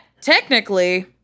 technically